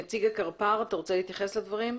נציג הקרפ"ר, אתה רוצה להתייחס לדברים,